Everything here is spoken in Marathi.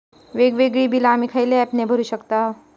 वेगवेगळी बिला आम्ही खयल्या ऍपने भरू शकताव?